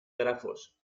grafos